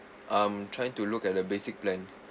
I'm trying to look at the basic plan